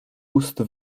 ust